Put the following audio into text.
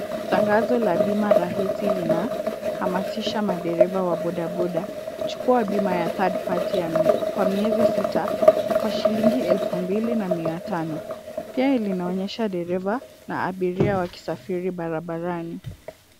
Tangazo la bima rahisi linahamasisha madereva wa bodaboda kuchukua bima ya Third Party kwa miezi sita kwa shilingi elfu mbili na mia tano. Pia linaonyesha dereva na abiria wakisafiri barabarani.